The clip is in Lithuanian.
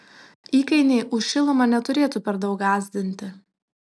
įkainiai už šilumą neturėtų per daug gąsdinti